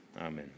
amen